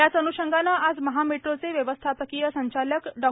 याच अन्षंगाने आज महामेट्रोचे व्यवस्थापकीय संचालक डॉ